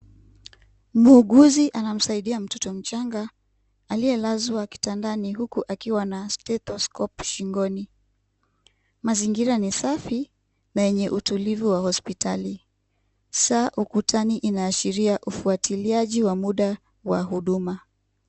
Muuguzi anamsaidia mtoto mchanga aliyelazwa kitandani huku akiwa na stethoscope shingoni, mazingira ni safi na yenye utulivu wa hospitali, saa ukutani inaashiria ufuatiliaji wa muda wa huduma.